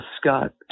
Scott